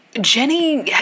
Jenny